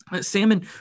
Salmon